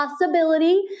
possibility